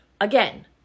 again